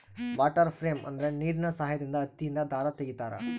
water frame ಅಂದ್ರೆ ನೀರಿನ ಸಹಾಯದಿಂದ ಹತ್ತಿಯಿಂದ ದಾರ ತಗಿತಾರ